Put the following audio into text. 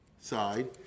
side